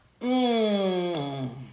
Mmm